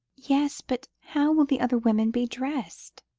yes but how will the other women be dressed?